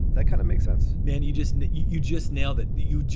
that kind of makes sense man, you just you just now that you.